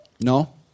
No